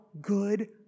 good